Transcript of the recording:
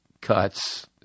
cuts